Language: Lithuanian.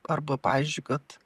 arba pavyzdžiui kad